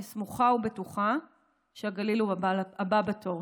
אני סמוכה ובטוחה שהגליל הוא הבא בתור.